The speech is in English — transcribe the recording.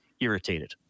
irritated